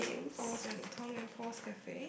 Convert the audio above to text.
Paul's and Tom and Paul's Cafe